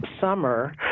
summer